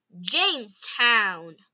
Jamestown